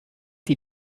die